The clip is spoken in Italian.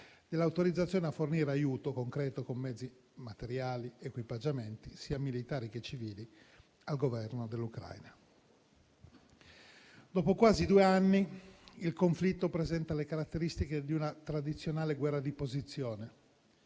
e l'autorizzazione a fornire aiuto concreto con mezzi materiali ed equipaggiamenti sia militari che civili al Governo dell'Ucraina. Dopo quasi due anni, il conflitto presenta le caratteristiche di una tradizionale guerra di posizione,